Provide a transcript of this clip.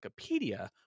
Wikipedia